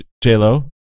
J-Lo